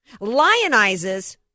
lionizes